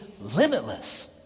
limitless